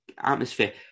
atmosphere